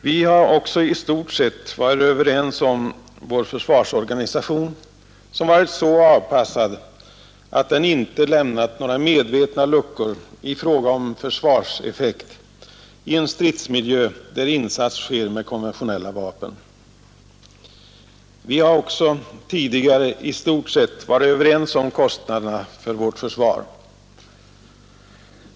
Vi har också i stort sett varit överens om vår försvarsorganisation, som varit så avpassad att den inte lämnat några medvetna luckor i fråga om försvarseffekt i en stridsmiljö, där insats sker med konventionella vapen. Vi har också tidigare i stort sett varit överens om kostnaderna för vårt försvar.